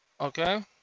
Okay